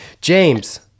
James